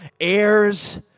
Heirs